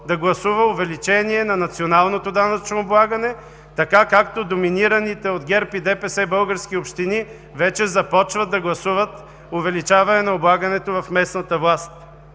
да гласува увеличение на националното данъчно облагане, така както доминираните от ГЕРБ и ДПС български общини вече започват да гласуват увеличаване на облагането в местната власт.